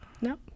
No